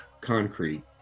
concrete